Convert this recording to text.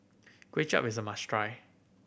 Kuay Chap is a must try